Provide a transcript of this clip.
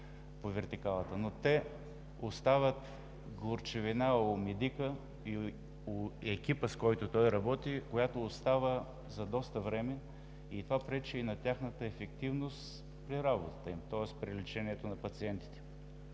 по вертикалата, но те оставят горчивина у медика и в екипа, с който той работи, която остава за доста време, и това пречи и на тяхната ефективност при работата им, тоест при лечението на пациентите.